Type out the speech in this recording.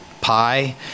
pie